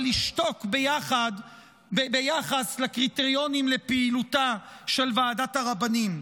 אבל ישתוק ביחס לקריטריונים לפעילותה של ועדת הרבנים.